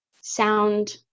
sound